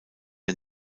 der